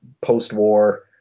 post-war